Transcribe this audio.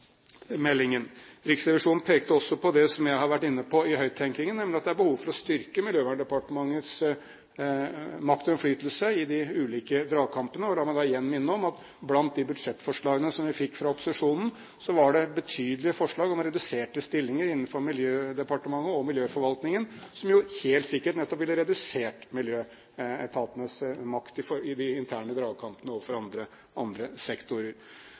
Riksrevisjonen pekte også på det som jeg har vært inne på i høyttenkningen, nemlig at det er behov for å styrke Miljøverndepartementets makt og innflytelse i de ulike dragkampene. La meg da igjen minne om at blant de budsjettforslagene som vi fikk fra opposisjonen, var det betydelige forslag om reduserte stillinger innenfor Miljøverndepartementet og miljøforvaltningen, som jo helt sikkert nettopp ville redusert miljøetatenes makt i de interne dragkampene overfor andre sektorer.